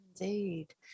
indeed